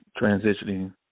transitioning